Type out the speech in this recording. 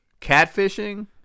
catfishing